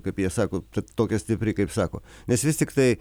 kaip jie sako tu tokia stipri kaip sako nes vis tiktai